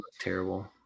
terrible